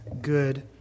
good